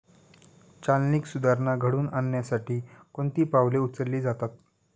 चालनीक सुधारणा घडवून आणण्यासाठी कोणती पावले उचलली जातात?